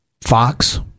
Fox